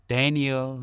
Daniel